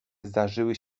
zdarzały